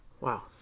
wow